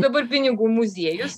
dabar pinigų muziejus